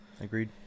agreed